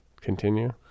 Continue